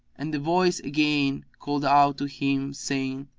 and the voice again called out to him, saying,